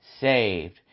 saved